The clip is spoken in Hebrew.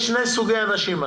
את אומרת שיש שני סוגי אנשים.